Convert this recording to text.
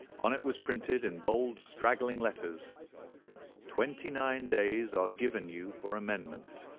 on it was printed, in bold straggling letters twenty-nine days are given you for amendment,